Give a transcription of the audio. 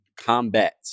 combat